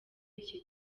iki